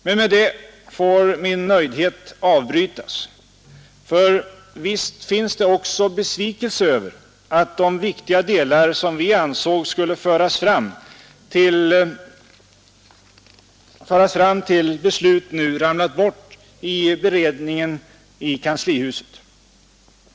Men därmed får min belåtenhet avbrytas. Visst finns det besvikelse över att de viktiga delar som vi ansåg skulle föras fram till beslut nu ramlat bort under beredningen i kanslihuset.